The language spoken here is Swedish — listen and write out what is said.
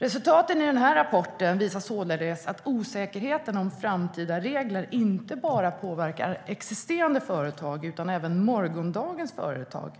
Resultaten i den här rapporten visar således att osäkerheten om framtida regler inte bara påverkar existerande företag utan även morgondagens företag,